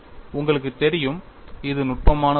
உங்களுக்கு தெரியும் இது நுட்பமான புள்ளி